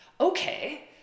Okay